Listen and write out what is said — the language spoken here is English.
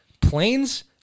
Planes